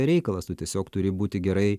reikalas tu tiesiog turi būti gerai